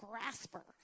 Grasper